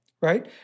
right